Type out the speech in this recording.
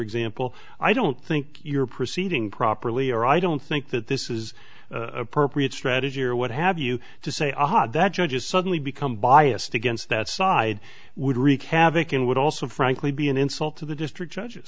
example i don't think you're proceeding properly or i don't think that this is appropriate strategy or what have you to say aha that judges suddenly become biased against that side would wreak havoc and would also frankly be an insult to the district judges